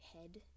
head